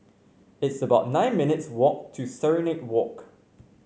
it's about nine minutes' walk to Serenade Walk